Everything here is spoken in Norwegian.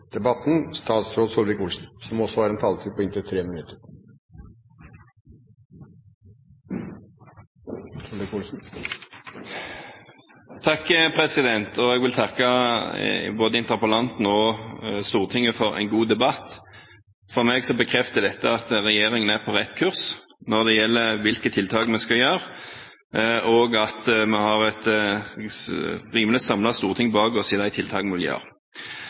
Stortinget for en god debatt. For meg bekrefter dette at regjeringen er på rett kurs når det gjelder hvilke tiltak vi skal gjøre, og at vi har et rimelig samlet storting bak oss i de tiltakene vi vil gjøre.